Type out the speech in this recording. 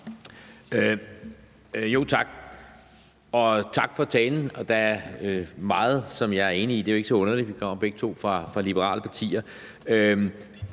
(V): Tak, og tak for talen. Der er meget, som jeg er enig i, og det er ikke så underligt, for vi kommer begge to fra liberale partier.